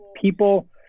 People